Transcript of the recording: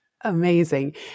Amazing